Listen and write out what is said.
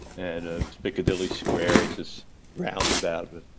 and ah was piccadilly square. it's this roundabout but